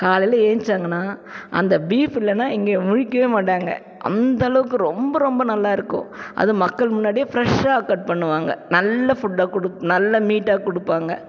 காலையில் ஏந்துருச்சாங்கன்னா அந்த பீஃப் இல்லைன்னா இங்கே முழிக்கவே மாட்டாங்க அந்தளவுக்கு ரொம்ப ரொம்ப நல்லா இருக்கும் அதுவும் மக்கள் முன்னாடியே ஃபிரெஷ்ஷாக கட் பண்ணுவாங்க நல்ல ஃபுட்டாக கொடு நல்ல மீட்டாக கொடுப்பாங்க